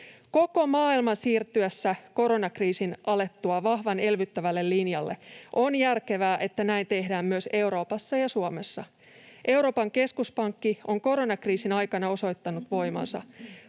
Koko maailman siirtyessä koronakriisin alettua vahvan elvyttävälle linjalle on järkevää, että näin tehdään myös Euroopassa ja Suomessa. Euroopan keskuspankki on koronakriisin aikana osoittanut voimansa.